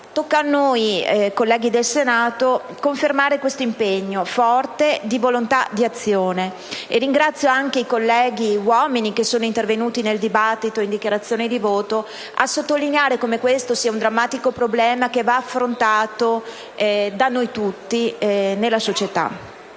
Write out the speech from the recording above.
tocca a noi colleghi del Senato confermare questo impegno forte di volontà e di azione. Ringrazio anche i colleghi uomini che sono intervenuti nel dibattito e in fase di dichiarazione di voto per sottolineare come questo sia un drammatico problema che deve essere affrontato da noi tutti nella società.